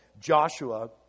Joshua